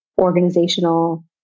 organizational